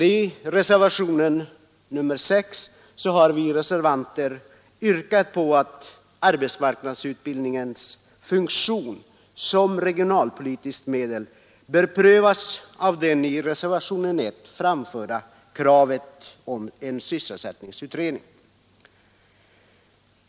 I reservationen 6 har vi reservanter yrkat på att arbetsmarknadsutbildningens funktion som regionalpolitiskt medel prövas av den i reservationen 1 föreslagna sysselsättningsutredningen.